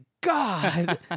god